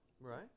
Right